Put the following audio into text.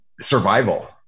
survival